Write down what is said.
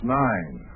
nine